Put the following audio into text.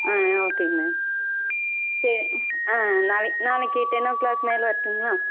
ஆ ஓகேங்க மேம் சே ஆ நாளை நாளைக்கு டென் ஓ கிளாக் மேலே வரட்டுங்களா